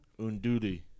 Unduli